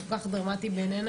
הוא כל כך דרמטי בעינינו,